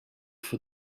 for